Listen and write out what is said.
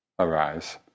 Arise